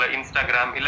Instagram